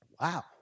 wow